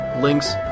links